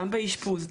גם באשפוז,